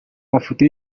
mafoto